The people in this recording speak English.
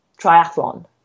triathlon